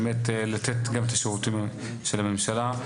באמת לתת גם את השירותים של הממשלה,